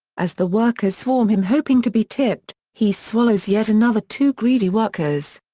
as the workers swarm him hoping to be tipped, he swallows yet another two greedy workers.